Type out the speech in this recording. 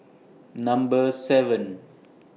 Number seven